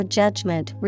judgment